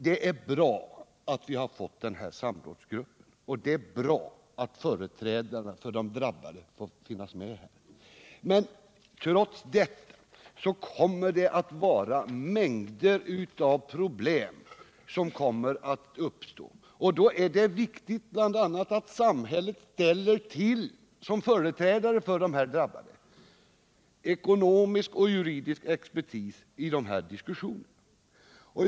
Det är bra att vi har fått den här samrådsgruppen, och det är bra att företrädare för de drabbade får finnas med i den. Men trots detta kommer det att uppstå mängder av problem, och då är det viktigt bl.a. att samhället som företrädare för de drabbade ställer till förfogande ekonomisk och juridisk expertis i diskussionerna.